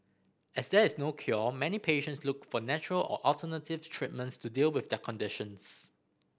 as there is no cure many patients look for natural or alternative treatments to deal with their conditions